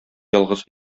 ялгыз